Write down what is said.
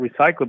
recyclable